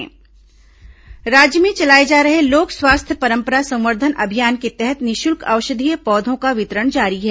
home herbal garden योजना राज्य में चलाए जा रहे लोक स्वास्थ्य परंपरा संवर्धन अभियान के तहत निःशुल्क औषधीय पौधों का वितरण जारी है